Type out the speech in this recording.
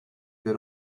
can